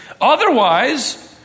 Otherwise